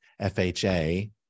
FHA